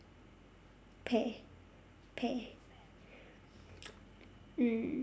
pear pear